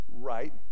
right